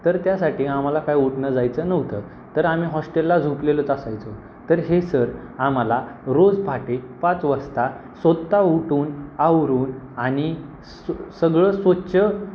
तर त्यासाठी आम्हाला काय उठणं जायचं नव्हतं तर आम्ही हॉस्टेलला झोपलेलोच असायचो तर हे सर आम्हाला रोज पहाटे पाच वाजता स्वतः उठून आवरून आणि सो सगळं स्वच्छ